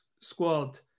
squad